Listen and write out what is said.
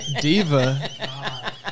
Diva